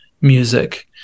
music